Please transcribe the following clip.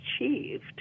achieved